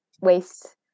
waste